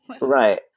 Right